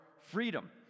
freedom